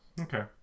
Okay